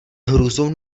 hrůzou